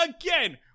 again